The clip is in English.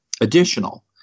additional